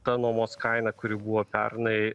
ta nuomos kaina kuri buvo pernai